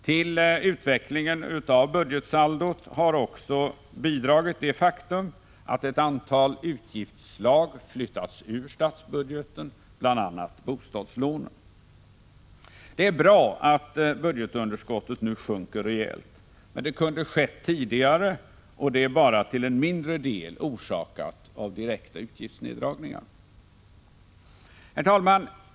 Till utvecklingen av budgetsaldot har också bidragit det faktum att ett antal utgiftsslag flyttats ut ur statsbudgeten, t.ex. bostadslånen. Det är bra att budgetunderskottet nu sjunker rejält, men det kunde ha skett tidigare, och det är endast till en mindre del orsakat av direkta utgiftsneddragningar. Herr talman!